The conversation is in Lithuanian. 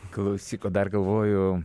klausyk o dar galvoju